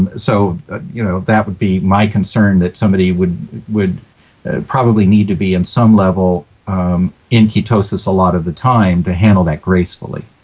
and so you know that would be my concern that somebody would would probably need to be in some level in ketosis a lot of the time to handle that gracefully.